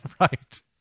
Right